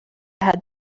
had